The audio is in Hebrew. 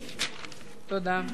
תודה.